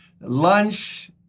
Lunch